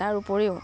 তাৰ উপৰিও